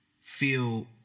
Feel